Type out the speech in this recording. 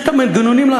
יש מנגנונים.